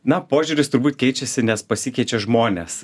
na požiūris turbūt keičiasi nes pasikeičia žmonės